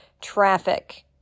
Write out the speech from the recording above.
traffic